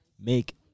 make